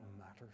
matters